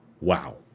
Wow